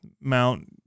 mount